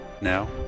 Now